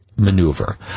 Maneuver